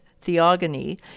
theogony